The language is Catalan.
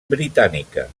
britànica